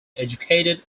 educated